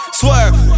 swerve